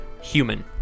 human